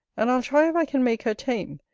and i'll try if i can make her tame,